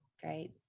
Great